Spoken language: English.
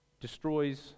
destroys